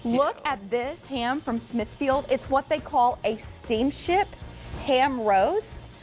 look at this ham from smithfield. it's what they call a steamship ham roast.